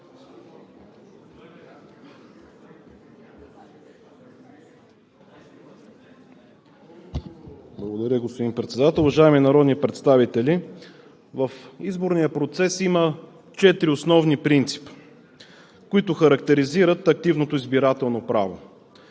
Благодаря, господин Председател. Уважаеми народни представители! В изборния процес има четири основни принципа, които характеризират активното избирателно право